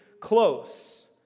close